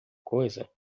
coisa